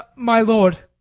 my lord,